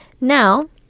now